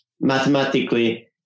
mathematically